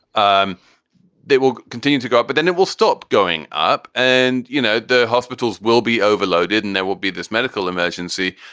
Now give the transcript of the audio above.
um they will continue to go up, but then it will stop going up. and, you know, the hospitals will be overloaded and there will be this medical emergency.